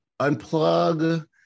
unplug